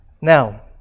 Now